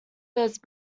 those